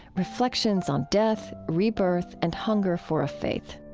reflections on death, rebirth, and hunger for a faith